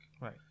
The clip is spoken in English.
right